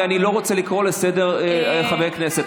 ואני לא רוצה לקרוא לסדר חברי כנסת.